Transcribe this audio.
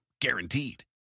Guaranteed